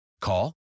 Call